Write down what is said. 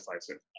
slicer